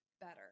better